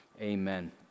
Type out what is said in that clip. Amen